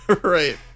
Right